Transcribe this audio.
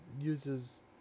uses